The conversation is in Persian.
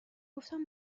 گفتم